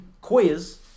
quiz